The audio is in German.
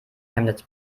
chemnitz